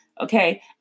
Okay